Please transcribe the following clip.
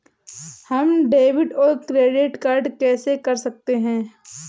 हम डेबिटऔर क्रेडिट कैसे कर सकते हैं?